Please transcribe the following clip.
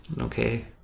Okay